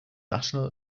national